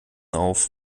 auf